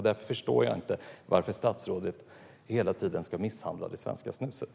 Därför förstår jag inte varför statsrådet hela tiden ska misshandla det svenska snuset.